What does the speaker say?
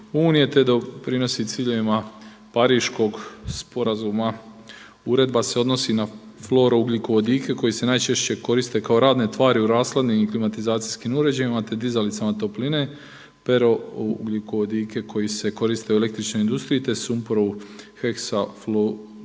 te doprinosi ciljevima Pariškog sporazuma. Uredba se odnosi na fluorougljikovodike koji se najčešće koriste kao radne tvari u rashladnim i klimatizacijskim uređajima te dizalicama topline, perougljikovodike koji se koriste u električnoj industriji te sumporovu heksafluorid